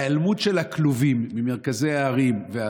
ההיעלמות של הכלובים ממרכזי הערים,